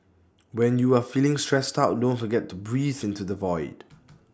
when you are feeling stressed out don't forget to breathe into the void